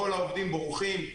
כל העובדים בורחים,